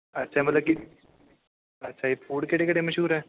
ਅੱਛਾ ਮਤਲਬ ਕਿ ਅੱਛਾ ਜੀ ਫੂਡ ਕਿਹੜੇ ਕਿਹੜੇ ਮਸ਼ਹੂਰ ਹੈ